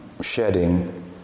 shedding